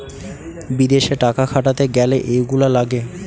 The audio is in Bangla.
বিদেশে টাকা খাটাতে গ্যালে এইগুলা লাগে